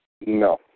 No